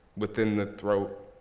within the throat,